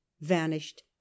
vanished